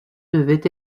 devait